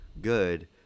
good